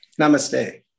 Namaste